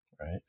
right